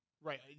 Right